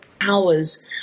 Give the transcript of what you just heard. hours